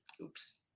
Oops